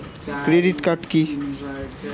Credit card কি?